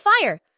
fire